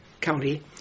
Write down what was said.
county